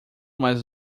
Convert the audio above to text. mais